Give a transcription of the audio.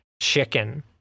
chicken